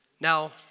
Now